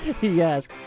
Yes